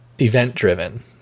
event-driven